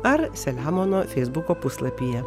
ar selemono feisbuko puslapyje